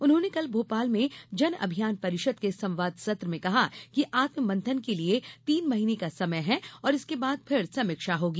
उन्होंने कल भोपाल में जन अभियान परिषद के संवाद सत्र में कहा कि आत्ममंथन के लिए तीन महीने का समय है और इसके बाद फिर समीक्षा होगी